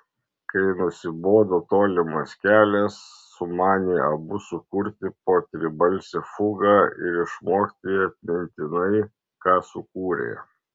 kai nusibodo tolimas kelias sumanė abu sukurti po tribalsę fugą ir išmokti atmintinai ką sukūrė